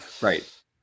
right